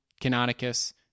Canonicus